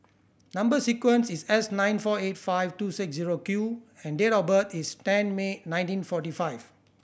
number sequence is S nine four eight five two six zero Q and date of birth is ten May nineteen forty five